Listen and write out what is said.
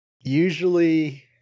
usually